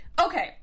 Okay